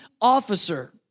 officer